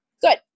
good